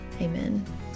Amen